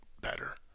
better